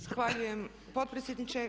Zahvaljujem potpredsjedniče.